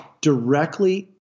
directly